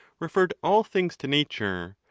referred all things to nature,